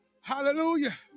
Hallelujah